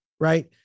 Right